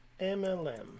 MLM